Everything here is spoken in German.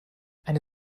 eine